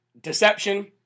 deception